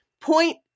point